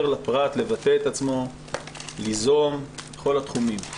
לפרט לבטא את עצמו וליזום בכל התחומים.